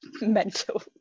mental